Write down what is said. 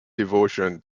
devotion